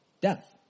death